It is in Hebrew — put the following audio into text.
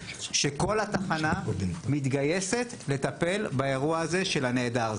שכל התחנה מתגייסת לטפל באירוע הזה של הנעדר.